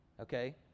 okay